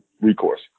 recourse